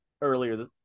earlier